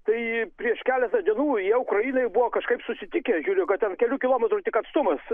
tai prieš keletą dienų jie ukrainoj buvo kažkaip susitikę žiūriu kad ten kelių kilometrų tik atstumas